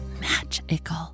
magical